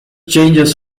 changes